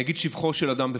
אני אגיד שבחו של אדם בפניו.